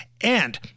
And-